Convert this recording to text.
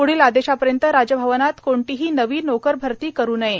प्ढील आदेशापर्यंत राजभवन येथे कोणतीही नवी नोकरभरती करू नये